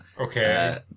Okay